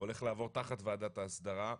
הולך לעבור תחת ועדת ההסדרה.